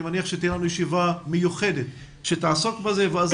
אני מניח שתהיה לנו ישיבה מיוחדת שתעסוק בזה ואז